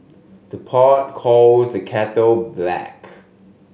the pot call the kettle black